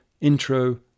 intro